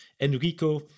Enrico